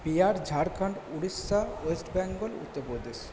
Bihar Jharkhand Orissa West Bengal Uttar Pradesh